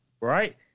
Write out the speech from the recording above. right